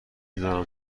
دانم